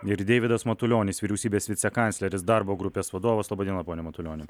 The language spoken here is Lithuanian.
ir deividas matulionis vyriausybės vicekancleris darbo grupės vadovas laba diena pone matulioni